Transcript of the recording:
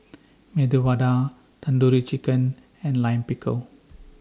Medu Vada Tandoori Chicken and Lime Pickle